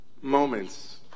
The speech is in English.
moments